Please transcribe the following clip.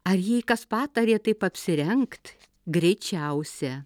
ar jai kas patarė taip apsirengt greičiausia